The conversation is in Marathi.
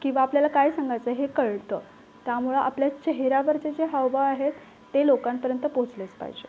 किंवा आपल्याला काय सांगायचं आहे हे कळतं त्यामुळं आपल्या चेहऱ्यावरचे जे हावभाव आहे ते लोकांपर्यंत पोहचलेच पाहिजे